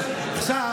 את,